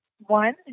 one